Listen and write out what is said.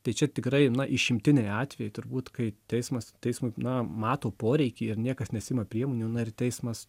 tai čia tikrai na išimtiniai atvejai turbūt kai teismas teismui na mato poreikį ir niekas nesiima priemonių na ir teismas